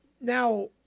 Now